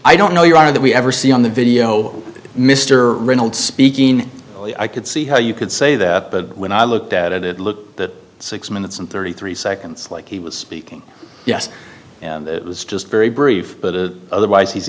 i don't know your honor that we ever see on the video mr reynolds speaking i could see how you could say that but when i looked at it it looked that six minutes and thirty three seconds like he was speaking yes it was just very brief but otherwise he's